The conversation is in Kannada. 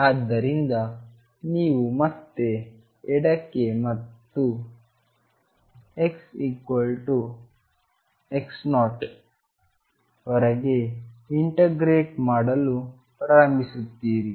ಆದ್ದರಿಂದ ನೀವು ಮತ್ತೆ ಎಡಕ್ಕೆ ಮತ್ತು xx0 ವರೆಗೆ ಇಂಟಗ್ರೇಟ್ ಮಾಡಲು ಪ್ರಾರಂಭಿಸುತ್ತೀರಿ